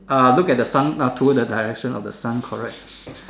uh look at the sun ah towards the direction of the sun correct